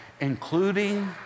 including